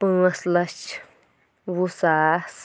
پانٛژھ لَچھ وُہ ساس